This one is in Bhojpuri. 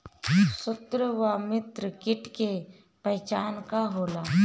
सत्रु व मित्र कीट के पहचान का होला?